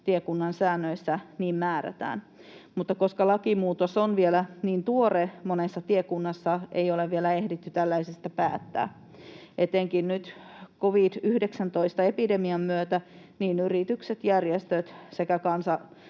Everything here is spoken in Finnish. tiekunnan säännöissä niin määrätään, mutta koska lakimuutos on vielä niin tuore, monessa tiekunnassa ei ole vielä ehditty tällaisesta päättää. Etenkin nyt covid-19-epidemian myötä niin yritykset, järjestöt kuin kansalaiset